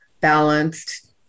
balanced